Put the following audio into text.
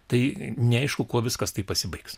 tai neaišku kuo viskas taip pasibaigs